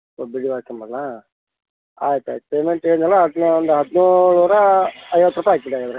ಸಲ್ಪ ಬಿಡಿ ಹೂ ಹಾಕೊಂಬರ್ಲಾ ಆಯ್ತು ಆಯ್ತು ಪೇಮೆಂಟ್ ಹೇಳ್ದ್ನಲ ಅದನ್ನ ಒಂದು ಹದಿನೇಳು ನೂರ ಐವತ್ತು ರೂಪಾಯಿ